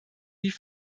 wie